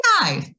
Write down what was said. No